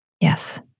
Yes